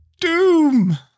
doom